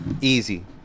Easy